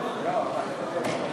בשמות חברי הכנסת)